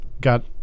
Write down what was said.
got